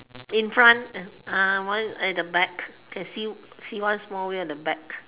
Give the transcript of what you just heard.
in front ah one at the back can see see one small wheel at the back